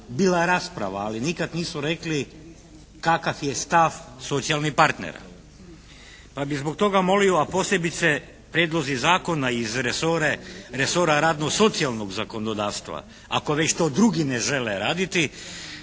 bila rasprava, ali nikad nisu rekli kakav je stav socijalnih partnera. Pa bih zbog toga molio, a posebice prijedlozi zakona iz resora radno-socijalnog zakonodavstva, ako već to drugi ne žele raditi,